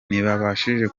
ntibabashije